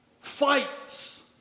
fights